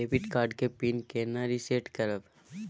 Debit card के PIN केना reset करब?